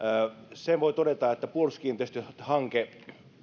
sen voi todeta että puolustuskiinteistöt hanke